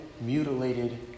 mutilated